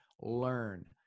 Learn